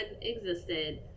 existed